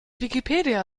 wikipedia